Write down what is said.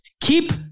Keep